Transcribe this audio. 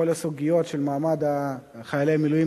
כל הסוגיות של מעמד חיילי המילואים